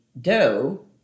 dough